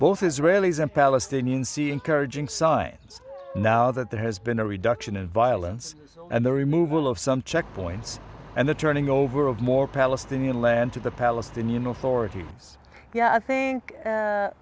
both israelis and palestinians see encouraging signs now that there has been a reduction in violence and the removal of some checkpoints and the turning over of more palestinian land to the palestinian authorities yeah i think